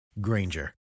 Granger